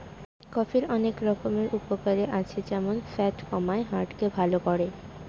কফির অনেক রকমের উপকারে আছে যেমন ফ্যাট কমায়, হার্ট কে ভালো করে